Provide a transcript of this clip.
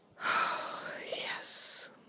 Yes